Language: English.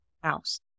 house